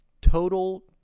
total